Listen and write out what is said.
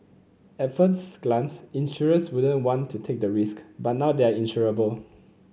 at first glance insurers wouldn't want to take the risk but now they are insurable